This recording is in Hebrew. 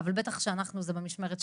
אבל בטח כשאנחנו זה במשמרת שלנו,